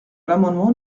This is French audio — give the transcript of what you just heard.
l’amendement